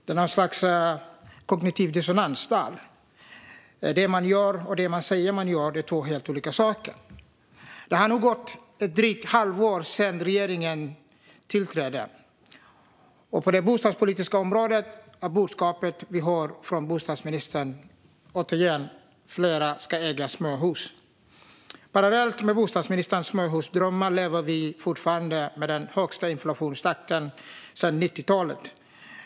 Det är något slags kognitiv dissonans där. Det man gör och det man säger att man gör är två helt olika saker. Det har nu gått drygt ett halvår sedan regeringen tillträdde. På det bostadspolitiska området är budskapet vi hör från bostadsministern återigen: Fler ska äga småhus. Parallellt med bostadsministerns småhusdrömmar lever vi fortfarande med den högsta inflationstakten sedan 90-talet.